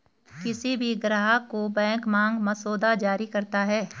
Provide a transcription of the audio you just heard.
किसी भी ग्राहक को बैंक मांग मसौदा जारी करता है